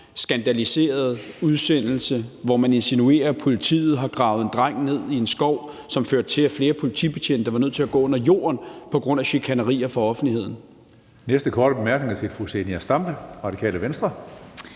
skandaliserende udsendelse, hvor man insinuerer, at politiet har gravet en dreng ned i en skov, førte til, at flere politibetjente var nødt til at gå under jorden på grund af chikane fra offentligheden. Kl. 17:06 Tredje næstformand (Karsten